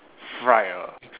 fried ah